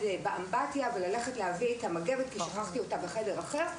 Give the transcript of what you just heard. באמבטיה וללכת להביא את המגבת כי שכחתי אותה בחדר אחר,